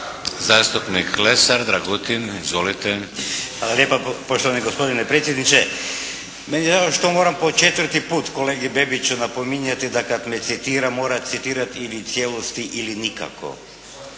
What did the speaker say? **Lesar, Dragutin (HNS)** Hvala lijepa poštovani gospodine predsjedniče. Meni je drago što moram po četvrti put kolegi Bebiću napominjati da kad me citira mora citirati u cijelosti ili nikako.